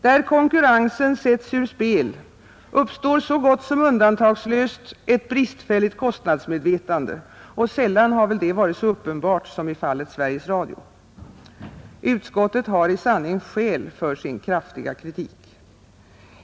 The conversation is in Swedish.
Där konkurrensen sätts ur spel, uppstår så gott som undantagslöst ett bristfälligt kostnadsmedvetande, och sällan har väl det varit så uppenbart som i fallet Sveriges Radio. Utskottet har i sanning skäl för sin kraftiga kritik.